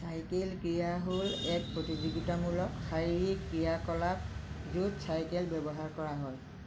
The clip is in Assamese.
চাইকেল ক্ৰীড়া হ'ল এক প্ৰতিযোগিতামূলক শৰীৰিক ক্ৰিয়া কলাপ য'ত চাইকেল ব্যৱহাৰ কৰা হয়